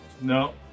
No